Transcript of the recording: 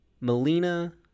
Melina